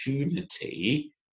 opportunity